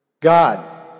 God